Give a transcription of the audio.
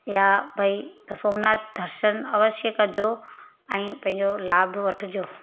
या भई सोमनाथ दर्शन अवश्य कजो ऐं पंहिंजो लाभु वठिजो